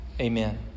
Amen